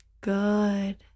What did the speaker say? good